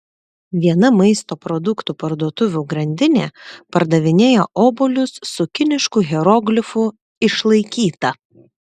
viena maisto produktų parduotuvių grandinė pardavinėja obuolius su kinišku hieroglifu išlaikyta